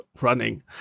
running